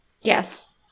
Yes